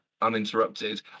uninterrupted